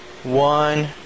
One